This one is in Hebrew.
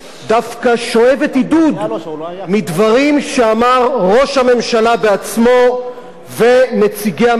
עידוד מדברים שאמרו ראש הממשלה בעצמו ונציגי הממשלה השונים.